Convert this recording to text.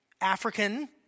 African